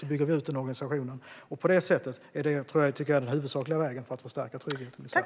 Så bygger vi ut organisationen, och detta tycker jag är den huvudsakliga vägen för att förstärka tryggheten i Sverige.